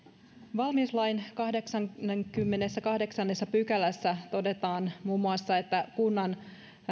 valmiuslain kahdeksannessakymmenennessäkahdeksannessa pykälässä todetaan muun muassa että kunnan